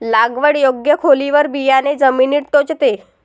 लागवड योग्य खोलीवर बियाणे जमिनीत टोचते